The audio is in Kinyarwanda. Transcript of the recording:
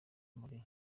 marie